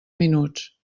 minuts